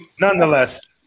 nonetheless